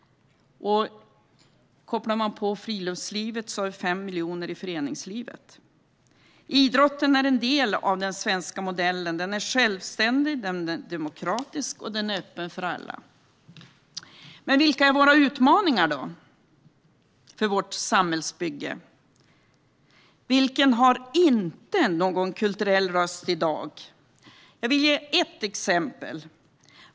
Kopplar man på friluftslivet finns det 5 miljoner i föreningslivet. Idrotten är en del av den svenska modellen. Den är självständig, demokratisk och öppen för alla. Men vilka är då våra utmaningar? Vem har inte någon kulturell röst i dag? Jag vill ge ett exempel.